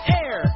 air